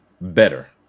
better